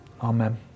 Amen